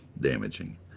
damaging